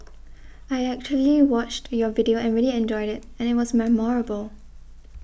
I actually watched your video and really enjoyed it and it was memorable